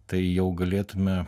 tai jau galėtume